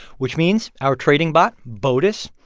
which means our trading bot, botus,